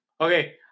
Okay